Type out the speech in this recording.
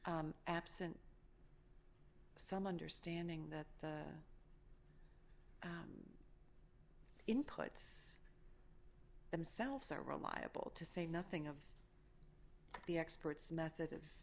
absent some understanding that the inputs themselves are reliable to say nothing of the experts method of